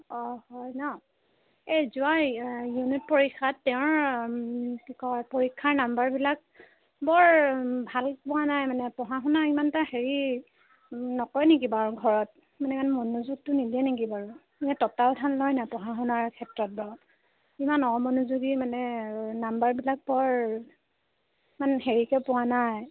অঁ হয় নহ্ এই যোৱা ইউনিট পৰীক্ষাত তেওঁৰ কি কয় পৰীক্ষাৰ নাম্বাৰবিলাক বৰ ভাল পোৱা নাই মানে পঢ়া শুনা ইমান এটা হেৰি নকৰে নেকি বাৰু ঘৰত মানে ইমান মনোযোগটো নিদিয়ে নেকি বাৰু এনে তত্বাৱধান লয়নে পঢ়া শুনাৰ ক্ষেত্ৰত বাৰু ইমান অমনোযোগী মানে নাম্বাৰবিলাক বৰ ইমান হেৰিকৈ পোৱা নাই